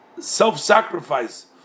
self-sacrifice